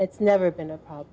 it's never been a problem